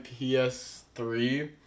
PS3